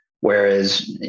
Whereas